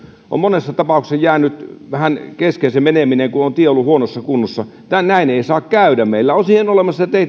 on monessa tapauksessa jäänyt vähän kesken se meneminen kun tie on ollut huonossa kunnossa näin ei saa käydä meillä on siihen olemassa